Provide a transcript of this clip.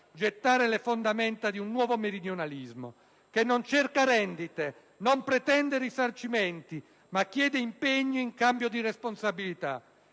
gettare le fondamenta di un nuovo meridionalismo, che non cerca rendite, non pretende risarcimenti, ma chiede impegni in cambio di responsabilità.